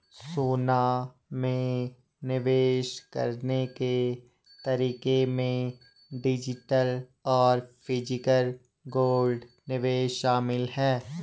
सोना में निवेश करने के तरीके में डिजिटल और फिजिकल गोल्ड निवेश शामिल है